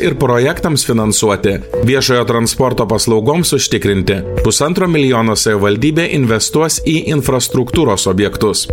ir projektams finansuoti viešojo transporto paslaugoms užtikrinti pusantro milijono savivaldybė investuos į infrastruktūros objektus